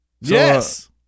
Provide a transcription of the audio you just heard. Yes